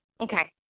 Okay